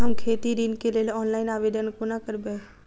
हम खेती ऋण केँ लेल ऑनलाइन आवेदन कोना करबै?